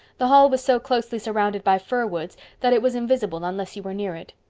the hall was so closely surrounded by fir woods that it was invisible unless you were near it.